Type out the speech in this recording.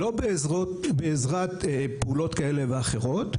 לא בעזרת פעולות כאלה ואחרות,